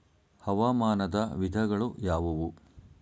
ಹವಾಮಾನದ ವಿಧಗಳು ಯಾವುವು?